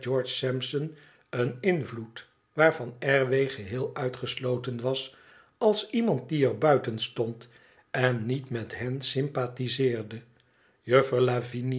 sampson een invloed waarvan r w geheel uitgesloten was als iemand die er buiten stond en niet met hen sympathiseerde